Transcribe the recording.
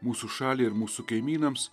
mūsų šaliai ir mūsų kaimynams